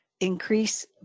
increase